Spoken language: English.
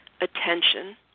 attention